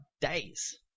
days